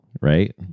Right